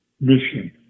mission